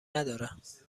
ندارند